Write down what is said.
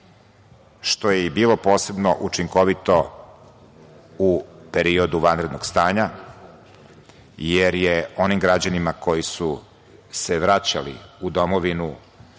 što je i bilo posebno učinkovito u periodu vanrednog stanja, jer je onim građanima koji su se vraćali u domovinu